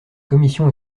commissions